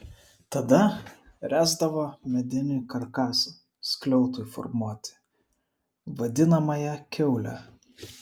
tada ręsdavo medinį karkasą skliautui formuoti vadinamąją kiaulę